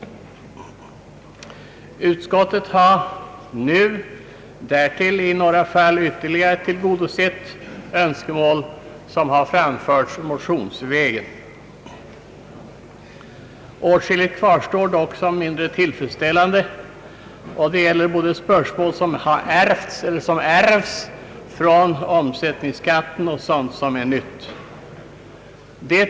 Utskottet har därtill i några fall ytterligare tillgodosett önskemål som nu framförts motionsvägen. Åtskilligt kvarstår dock som är mindre tillfredsställande — det gäller både spörsmål som ärvts från omsättningsskatten och sådant som är nytt.